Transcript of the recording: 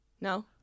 No